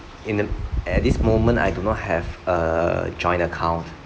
in the at this moment I do not have a joint account